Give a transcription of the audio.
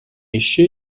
esce